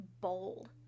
bold